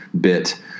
bit